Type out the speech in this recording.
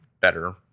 better